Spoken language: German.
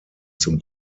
zum